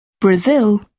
Brazil